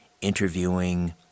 interviewing